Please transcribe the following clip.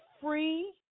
free